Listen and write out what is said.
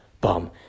bum